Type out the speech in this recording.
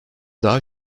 daha